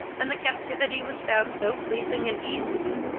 and the captivity was found so pleasing and easy,